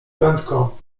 prędko